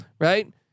right